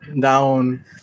down